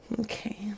Okay